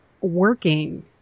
working